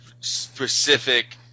specific